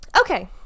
Okay